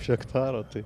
iš hektaro tai